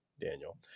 Daniel